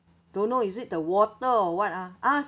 don't know is it the water or what ah ah